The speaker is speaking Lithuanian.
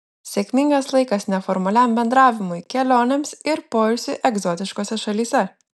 sėkmingas laikas neformaliam bendravimui kelionėms ir poilsiui egzotiškose šalyse